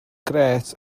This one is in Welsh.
grêt